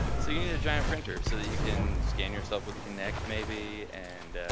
so you need a giant printer so that you can scan yourself with the connect maybe and